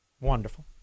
Wonderful